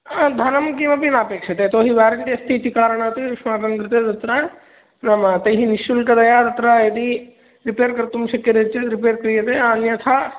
धनं किमपि नापेक्ष्यते यतो हि वेरेण्टि अस्ति इति कारणात् युष्माकं कृते तत्र नाम तैः निश्शुल्कतया तत्र यदि रिपेर् कर्तुं शक्यते चेत् रिपेर् क्रियते अन्यथा